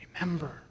Remember